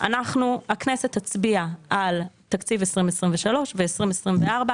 הכנסת תצביע על תקציב 2023 ו-2024,